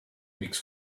weeks